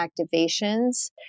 activations